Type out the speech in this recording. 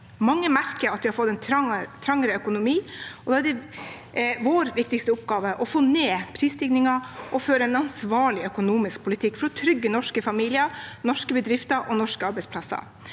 Mange merker at de har fått en trangere økonomi, og da er det vår viktigste oppgave å få ned prisstigningen og føre en ansvarlig økonomisk politikk for å trygge norske familier, norske bedrifter og norske arbeidsplasser.